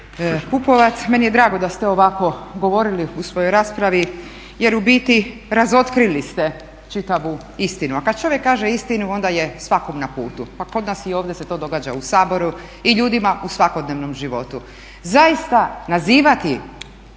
Pupovac meni je drago da ste ovako govorili u svojoj raspravi jer u biti razotkrili ste čitavu istinu. A kad čovjek kaže istinu onda je svakom na putu. Pa kod nas i ovdje se to događa u Saboru i ljudima u svakodnevnom životu. Zaista nazivati